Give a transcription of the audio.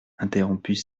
interrompit